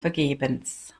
vergebens